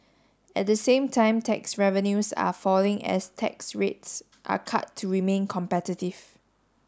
at the same time tax revenues are falling as tax rates are cut to remain competitive